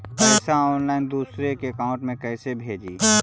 पैसा ऑनलाइन दूसरा के अकाउंट में कैसे भेजी?